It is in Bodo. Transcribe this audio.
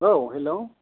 औ हेलौ